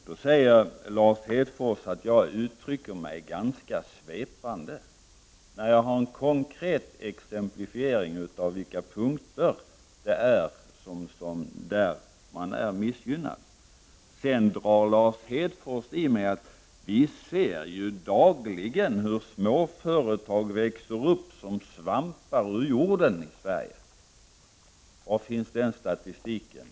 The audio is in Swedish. Då säger Lars Hedfors att jag uttrycker mig ganska svepande — när jag har en konkret exemplifiering beträffande de punkter där man är missgynnad. Sedan drar Lars Hedfors till med att vi ju dagligen ser hur småföretag växer upp som svampar ur jorden i Sverige. Var finns den statistiken?